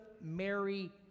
Mary